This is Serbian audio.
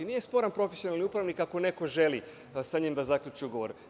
Nije sporan profesionalni upravnik, ako neko želi sa njim da zaključi ugovor.